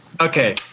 Okay